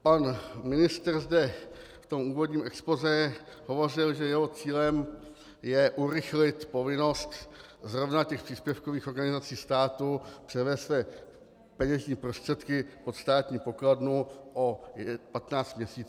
Pan ministr zde v tom úvodním expozé hovořil, že jeho cílem je urychlit povinnost zrovna těch příspěvkových organizací státu převést své peněžní prostředky pod státní pokladnu o 15 měsíců.